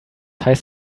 heißt